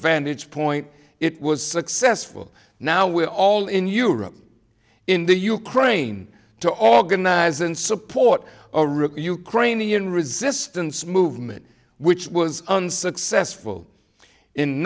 vantage point it was successful now we're all in europe in the ukraine to organize and support ukrainian resistance movement which was unsuccessful in